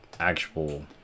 Actual